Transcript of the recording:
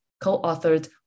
co-authored